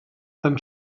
than